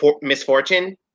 misfortune